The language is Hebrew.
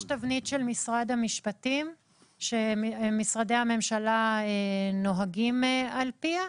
יש תבנית של משרד המשפטים שמשרדי הממשלה נוהגים על פיה.